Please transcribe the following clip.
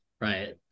right